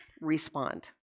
respond